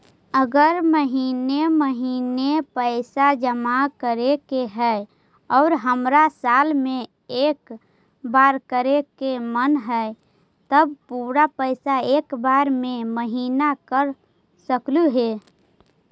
अगर महिने महिने पैसा जमा करे के है और हमरा साल में एक बार करे के मन हैं तब पुरा पैसा एक बार में महिना कर सकली हे?